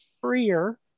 freer